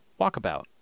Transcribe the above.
walkabout